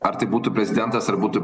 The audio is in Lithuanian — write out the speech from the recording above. ar tai būtų prezidentas ar būtų